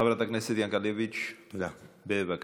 חברת הכנסת ינקלביץ', בבקשה.